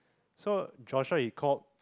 so Joshua he called